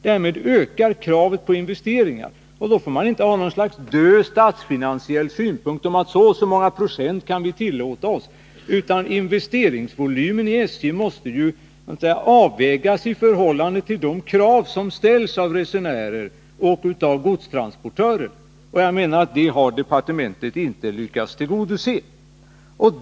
Därmed ökar också kravet på investeringar. Då får man inte låsa sig i något slags död statsfinansiell synpunkt att så och så många procent kan tillåtas. Investeringsvolymen när det gäller SJ måste ju avvägas i förhållande till de krav som ställs av resenärer och godstransportörer. Det har departementet inte lyckats tillgodose.